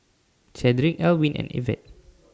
Chadrick Elwyn and Ivette